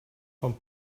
van